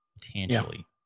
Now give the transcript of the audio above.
Potentially